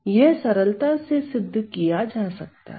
यह सरलता से सिद्ध किया जा सकता है